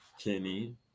Kenny